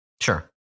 Sure